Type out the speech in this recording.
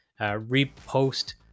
repost